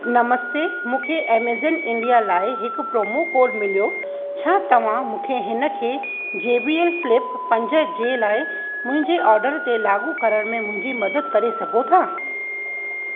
नमस्ते मूंखे Amazon India लाइ हिकु प्रोमो कोड मिलियो छा तव्हां मूंखे हिनखे जेबीएल फ़्लिप पंज जे लाइ मुंहिंजे ऑर्डर ते लाॻू करणु में मुंहिंजी मदद करे सघो था